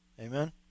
Amen